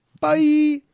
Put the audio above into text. Bye